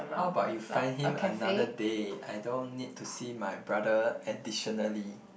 how about you find him another day I don't need to see my brother additionally